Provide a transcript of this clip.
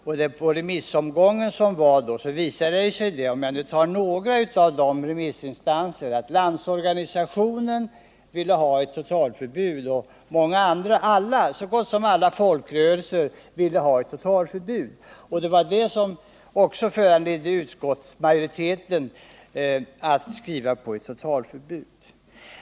Efter remissomgången visade det sig, för att nämna några av remissinstanserna, att Landsorganisationen och så gott som alla folkrörelser ville ha ett totalförbud. Det var det som föranledde utskottsmajoriteten att också yrka på ett totalförbud.